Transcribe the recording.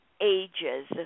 ages